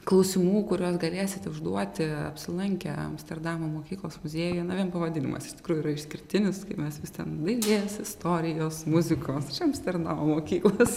klausimų kuriuos galėsite užduoti apsilankę amsterdamo mokyklos muziejuje na vien pavadinimas yra išskirtinis kaip mes vis ten dailės istorijos muzikos o čia amsterdamo mokyklos